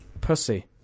Pussy